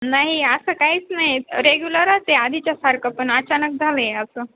नाही असं काहीच नाही रेग्युलरच आहे आधीच्यासारखं पण अचानक झालं आहे असं